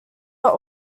are